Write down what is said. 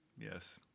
Yes